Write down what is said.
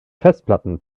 festplatten